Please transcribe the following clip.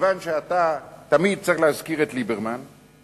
מכיוון שאתה תמיד צריך להזכיר את ליברמן,